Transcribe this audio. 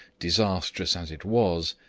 disastrous as it was,